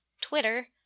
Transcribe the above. Twitter